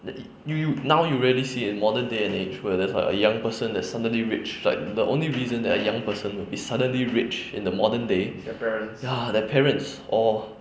the it you you now you really see in modern days in in through workers right young person that's suddenly rich like the only reason that a young person is suddenly rich in the modern day ya their parents or